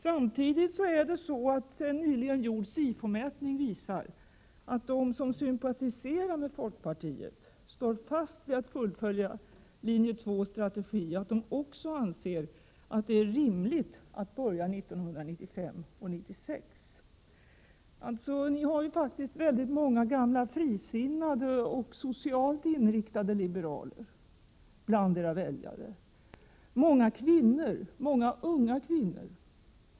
Samtidigt visar en nyligen gjord SIFO-mätning att de som sympatiserar med folkpartiet står fast vid att fullfölja Linje 2:s strategi. De anser också att det är rimligt att börja 1995 och 1996. Ni har faktiskt väldigt många gamla frisinnade och socialt inriktade liberaler bland era väljare och många unga kvinnor.